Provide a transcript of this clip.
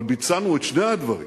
אבל ביצענו את שני הדברים,